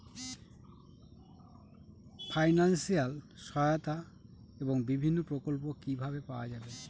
Financial সহায়তা এবং বিভিন্ন প্রকল্প কিভাবে পাওয়া যাবে?